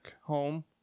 home